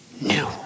new